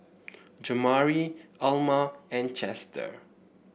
Jamari Elma and Chester